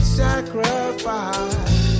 sacrifice